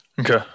Okay